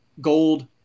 gold